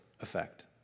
effect